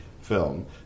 film